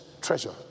treasure